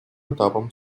этапом